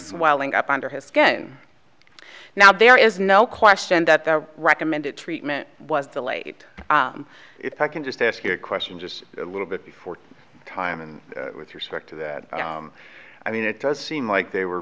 swelling up under his skin now there is no question that the recommended treatment was delayed if i can just ask you a question just a little bit before time and with respect to that i mean it does seem like they were